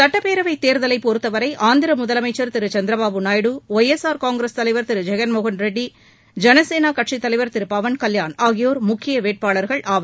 சுட்டப்பேரவை தேர்தலை பொறுத்தவரை ஆந்திர முதலமைச்சர் திரு Chandrababu Naidu Y S R Congress தலைவர் திரு ஜெகன்மோகன் ரெட்டி ஜனசேனா கட்சித்தலைவர் திரு பவன் கல்யாண் ஆகியோர் முக்கிய வேட்பாளர்கள் ஆவர்